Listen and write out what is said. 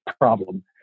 problem